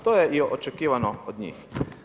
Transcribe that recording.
To je i očekivano od njih.